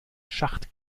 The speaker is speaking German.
schacht